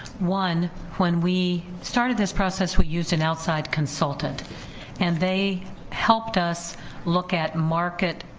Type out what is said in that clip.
one, when we started this process we used an outside consultant and they helped us look at market